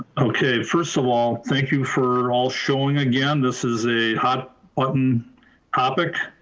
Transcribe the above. okay, first of all, thank you for all showing again. this is a hot button topic.